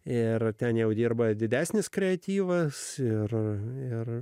ir ten jau dirba didesnis kreatyvas ir